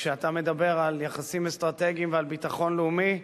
כשאתה מדבר על יחסים אסטרטגיים ועל ביטחון לאומי,